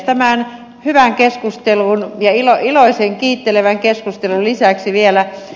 tämän hyvän keskustelun ja iloisen kiittelevän keskustelun lisäksi vielä ed